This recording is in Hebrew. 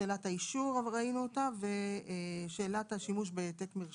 שאלת האישור ושאלת השימוש בהעתק מרשם.